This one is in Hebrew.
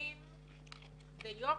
מכרזים זה יופי,